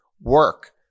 work